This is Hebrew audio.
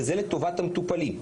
וזה לטובת המטופלים.